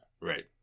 Right